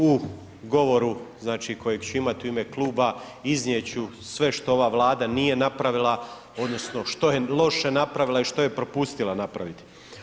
U govoru znači kojeg ću imati u ime Kluba iznijeti ću sve što ova Vlada nije napravila, odnosno što je loše napravila i što je propustila napraviti.